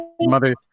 mother